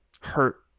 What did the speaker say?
hurt